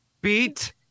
Beat